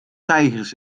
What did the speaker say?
tijgers